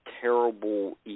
terrible